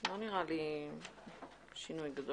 לא נראה לי שינוי גדול.